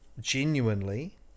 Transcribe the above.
genuinely